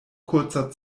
kurzer